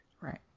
right